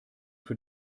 für